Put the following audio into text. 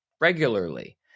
regularly